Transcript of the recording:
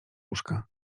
łóżka